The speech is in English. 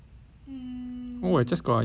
oh I just got a email